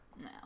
no